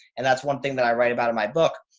and that's one thing that i write about in my book.